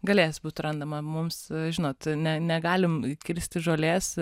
galės būt randama mums žinot ne negalim kirsti žolės